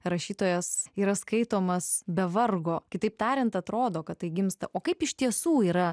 rašytojas yra skaitomas be vargo kitaip tariant atrodo kad tai gimsta o kaip iš tiesų yra